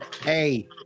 Hey